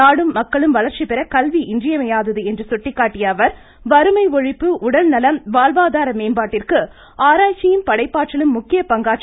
நாடும் மக்களும் வளர்ச்சி பெற கல்வி இன்றியமையாதது என்று சுட்டிக்காட்டிய அவர் வறுமை ஒழிப்பு உடல்நலம் வாழ்வாதார மேம்பாட்டிற்கு ஆராய்ச்சியும் படைப்பாற்றலும் முக்கிய பங்காற்றுவதாக குறிப்பிட்டார்